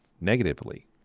negatively